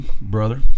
brother